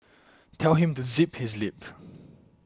tell him to zip his lip